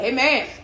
Amen